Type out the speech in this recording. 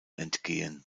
entgehen